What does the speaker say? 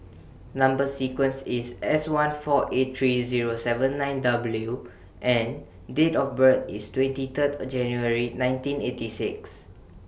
Number sequence IS S one four eight three Zero seven nine W and Date of birth IS twenty Third January nineteen eighty six